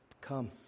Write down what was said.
Come